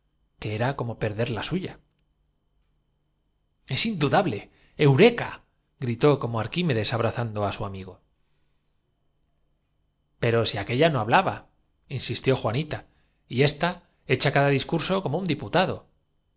que era con esta situación como perder la suya cómo es indudable eureka gritó como arquímedes en la cala hay diez barriles de pólvora ies apli abrazando á su amigo caré una mecha y ni rastro quedará del anacronópero si aquella no hablabainsistió juanitay pete ésta echa cada discurso como un diputado